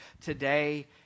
today